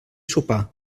sopar